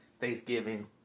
Thanksgiving